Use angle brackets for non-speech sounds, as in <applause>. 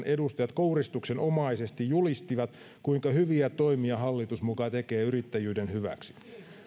<unintelligible> edustajat kouristuksenomaisesti julistivat kuinka hyviä toimia hallitus muka tekee yrittäjyyden hyväksi